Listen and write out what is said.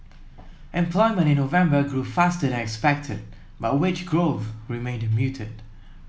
employment in November grew faster than expected but wage growth remained muted